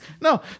No